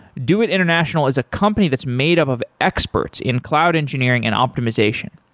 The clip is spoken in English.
doit international is a company that's made up of experts in cloud engineering and optimization.